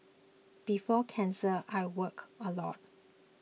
before cancer I worked a lot